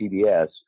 CBS